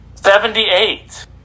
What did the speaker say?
Seventy-eight